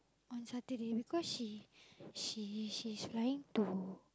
on Saturday because she she she's trying to